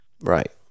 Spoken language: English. right